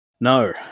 No